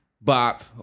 bop